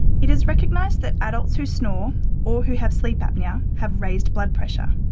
it is recognised that adults who snore or who have sleep apnoea have raised blood pressure.